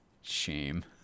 shame